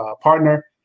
partner